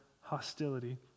hostility